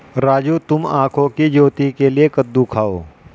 राजू तुम आंखों की ज्योति के लिए कद्दू खाओ